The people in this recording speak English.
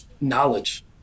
knowledge